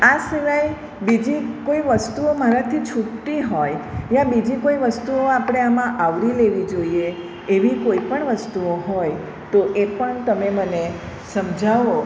આ સિવાય બીજી કોઈ વસ્તુઓ મારાથી છૂટતી હોય યા બીજી કોઈ વસ્તુઓ આપણે આમાં આવરી લેવી જોઈએ એવી કોઈપણ વસ્તુઓ હોય તો એ પણ તમે મને સમજાવો